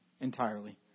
entirely